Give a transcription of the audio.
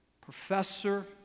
professor